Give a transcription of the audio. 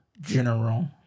general